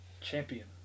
Champion